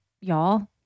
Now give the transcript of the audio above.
y'all